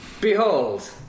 Behold